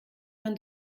man